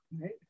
right